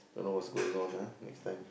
don't know what's going on ah next time